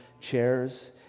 chairs